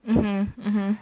mmhmm mmhmm